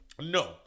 No